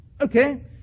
Okay